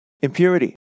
Impurity